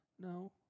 No